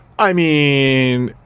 i mean.